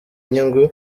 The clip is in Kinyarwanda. inyungu